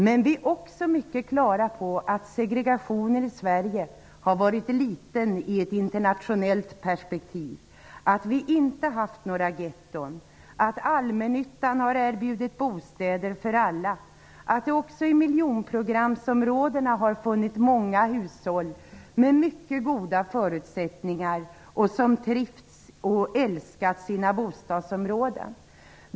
Men vi är också på det klara med att segregationen i Sverige har varit liten sett i ett internationellt perspektiv. Vi har inte haft några getton, allmännyttan har erbjudit bostäder för alla och också i miljonprogramsområdena har det funnits hushåll med mycket goda förutsättningar som trivts i och älskat sina bostadsområden.